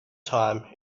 time